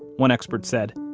one expert said,